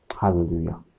Hallelujah